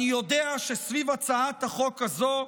אני יודע שסביב הצעת החוק הזו,